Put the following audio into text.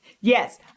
Yes